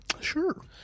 Sure